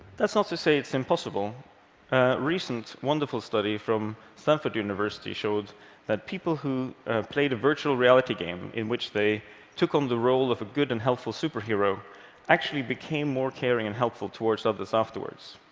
that's not to say it's impossible. a recent, wonderful study from stanford university showed that people who have played a virtual reality game in which they took on the role of a good and helpful superhero actually became more caring and helpful towards others afterwards.